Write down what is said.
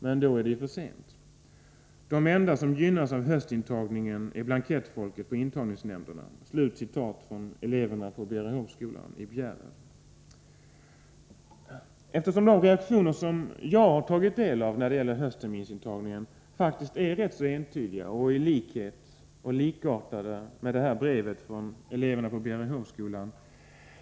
Men då är det ju försent De enda som gynnas av höstintagningen är ”blankettfolket” på intagningsnämnderna.” De reaktioner som jag har mött när det gäller höstterminsintagningen är faktiskt ganska entydiga och överensstämmer i stort sett med vad som sägs i brevet från Bjärehovskolan.